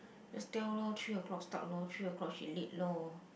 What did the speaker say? just tell loh three O-clock start loh three O-clock she late loh